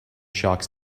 sharks